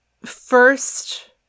First